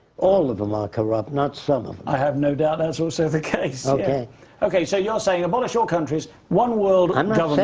all of them are corrupt. not some of them. i have no doubt that's also the case. ok. ok. so, you're saying abolish your countries, one world um